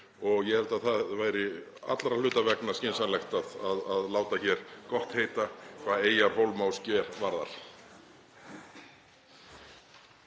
Ég held að það væri allra hluta vegna skynsamlegt að láta hér gott heita hvað eyjar, hólma og sker varðar.